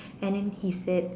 and then he said